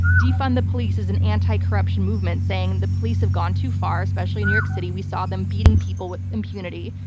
defund the police is an anti-corruption movement saying the police have gone too far, especially in new york city. we saw them beating people with impunity,